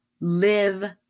live